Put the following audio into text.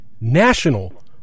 national